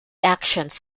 actions